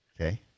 Okay